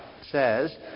says